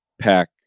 pack